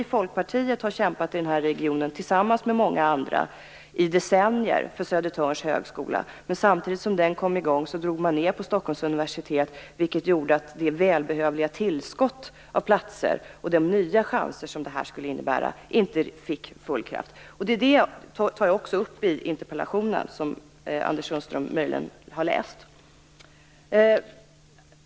Vi i Folkpartiet har kämpat i den här regionen tillsammans med många andra i decennier för Södertörns högskola. Men samtidigt som den kom i gång drog man ned på Stockholms universitet, vilket gjorde att det välbehövliga tillskott av platser och de nya platser som det skulle innebära inte fick full kraft. Det tar jag också upp i interpellationen, som Anders Sundström möjligen har läst.